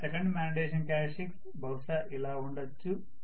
ఇంకా second magnetization characteristics బహుశా ఇలా ఉండొచ్చు